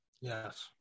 Yes